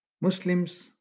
Muslims